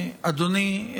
אדוני,